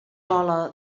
gola